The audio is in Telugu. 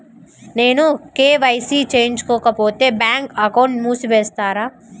నేను కే.వై.సి చేయించుకోకపోతే బ్యాంక్ అకౌంట్ను మూసివేస్తారా?